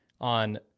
on